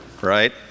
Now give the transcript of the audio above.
right